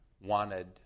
wanted